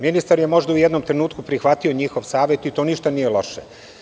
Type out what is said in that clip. Ministar je možda u jednom trenutku prihvatio njihov savet i to ništa nije loše.